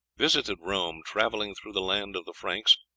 visited rome, travelling through the land of the franks,